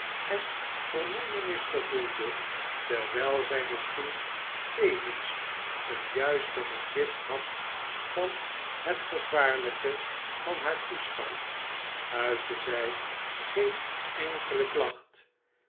en vermoeienis gevoelde terwijl zij misschien tevens een juister begrip had van het gevaarlijke van haar toestand uitte zij geene enkele klacht